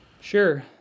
Sure